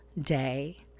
day